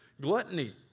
gluttony